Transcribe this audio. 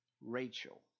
Rachel